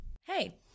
Hey